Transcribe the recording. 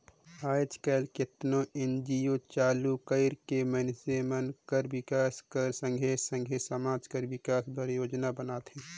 आएज काएल केतनो एन.जी.ओ चालू कइर के मइनसे मन कर बिकास कर संघे संघे समाज कर बिकास बर योजना बनाथे